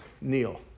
Neil